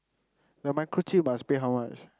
the microchip must pay how much